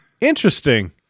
interesting